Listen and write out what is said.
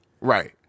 Right